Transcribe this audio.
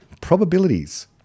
probabilities